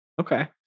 Okay